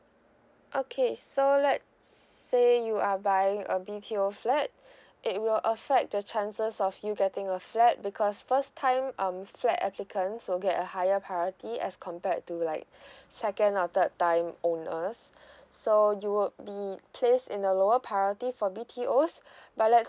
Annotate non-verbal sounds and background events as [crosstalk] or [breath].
okay so let's say you are buying a B_T_O flat [breath] it will affect the chances of you getting a flat because first time um flat applicants will get a higher priority as compared to like [breath] second or third time owners [breath] so you would be placed in a lower priority for B_T_Os [breath] but let's